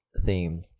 theme